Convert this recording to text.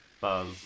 Buzz